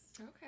Okay